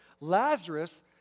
Lazarus